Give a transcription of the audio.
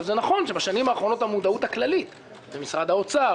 זה נכון שבשנים האחרונות המודעות הכללית במשרד האוצר,